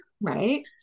Right